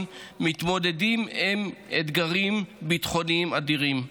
מתמודדים עם אתגרים ביטחוניים אדירים: